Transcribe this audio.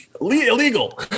illegal